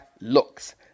Looks